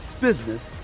business